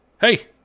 Hey